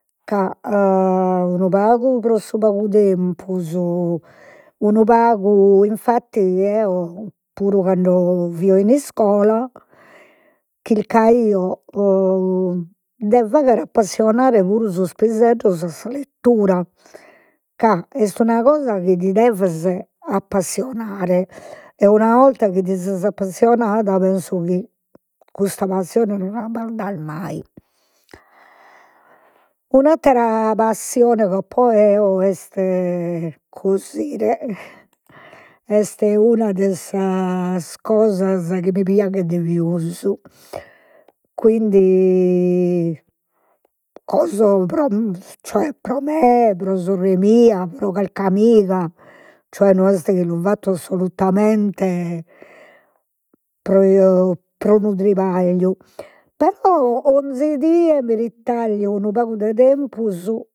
Ca unu pagu pro su pagu tempus, unu pagu infattis eo puru cando fio in iscola chilcaio de fagher appassionare puru sos piseddos a sa lettura, ca est una cosa chi ti deves appassionare e una 'orta chi ti ses appassionada, penso chi custa passione non la mai. Un'attera passione chi apo eo est cosire, est una de sas cosas chi mi piaghet pius, quindi coso pro me pro sorre mia pro calchi amiga, cioè no est chi lu fatto assolutamente pro pro unu tribagliu, però 'onzi die mi retaglio unu pagu de tempus